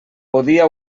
podia